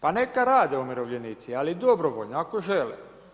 Pa neka rade umirovljenici, ali dobrovoljo ako žele.